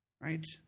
Right